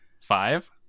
Five